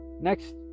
next